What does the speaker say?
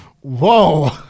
Whoa